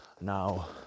Now